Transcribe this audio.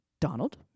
Donald